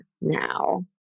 now